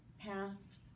past